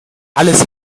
alles